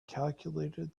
calculated